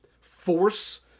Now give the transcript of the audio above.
force